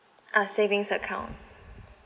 ah savings account